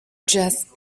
just